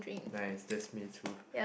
nice that's me too